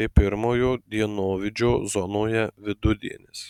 kai pirmojo dienovidžio zonoje vidudienis